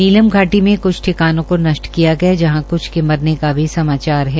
नीलम घाटी में कुछ ठिकानों को नश्ट किया गया जहां कुछ के मरने का भी समाचार है